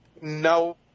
No